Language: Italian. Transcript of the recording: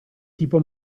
tipo